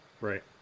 Right